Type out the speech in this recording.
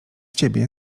ciebie